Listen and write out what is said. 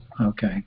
okay